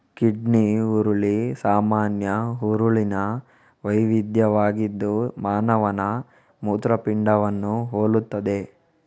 kidney ಹುರುಳಿ ಸಾಮಾನ್ಯ ಹುರುಳಿನ ವೈವಿಧ್ಯವಾಗಿದ್ದು ಮಾನವನ ಮೂತ್ರಪಿಂಡವನ್ನು ಹೋಲುತ್ತದೆ